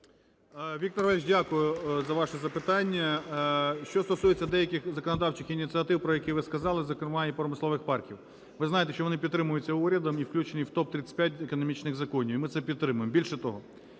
Вікторе Валерійовичу, дякую за ваше запитання. Що стосується деяких законодавчих ініціатив, про які ви сказали, зокрема і промислових парків. Ви знаєте, що вони підтримуються урядом і включені в топ-35 економічних законів, і ми це підтримуємо. Більше того,